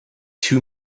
too